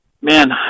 man